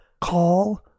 call